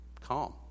Calm